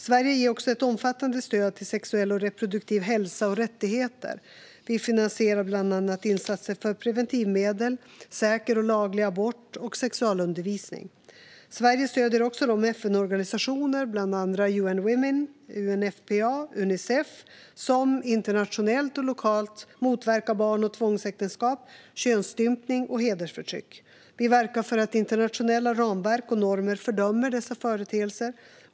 Sverige ger också ett omfattande stöd till sexuell och reproduktiv hälsa och rättigheter. Vi finansierar bland annat insatser för preventivmedel, säker och laglig abort och sexualundervisning. Sverige stöder också de FN-organisationer, bland annat UN Women, UNFPA och Unicef, som internationellt och lokalt motverkar barn och tvångsäktenskap, könsstympning och hedersförtryck. Vi verkar för att internationella ramverk och normer fördömer dessa företeelser.